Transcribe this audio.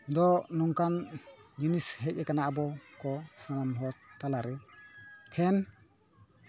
ᱫᱚ ᱱᱚᱝᱠᱟᱱ ᱡᱤᱱᱤᱥ ᱦᱮᱡ ᱠᱟᱱᱟ ᱟᱵᱚ ᱠᱚ ᱦᱚᱲ ᱛᱟᱞᱟᱨᱮ ᱯᱷᱮᱱ